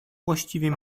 właściwie